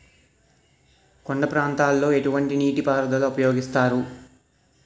కొండ ప్రాంతాల్లో ఎటువంటి నీటి పారుదల ఉపయోగిస్తారు?